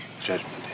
Judgment